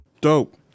Dope